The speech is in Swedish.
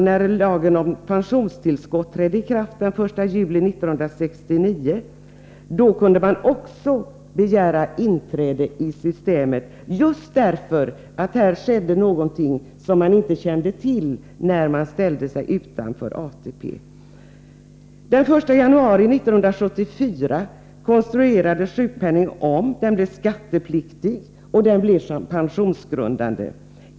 När lagen om pensionstillskott trädde i kraft den 1 juli 1969 kunde man också begära inträde i systemet, just därför att det då skedde någonting som man inte känt till när man ställde sig utanför ATP-systemet. Den 1 januari 1974 konstruerades sjukpenningen om — den blev skattepliktig och pensionsgrundande.